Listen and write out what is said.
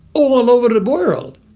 all over the world,